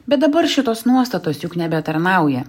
bet dabar šitos nuostatos juk nebetarnauja